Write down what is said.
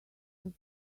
just